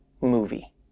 movie